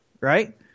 right